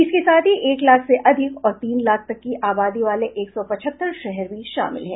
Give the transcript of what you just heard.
इसके साथ ही एक लाख से अधिक और तीन लाख तक की आबादी वाले एक सौ पचहत्तर शहर भी शामिल हैं